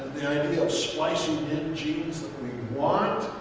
the idea of splicing in genes that we want,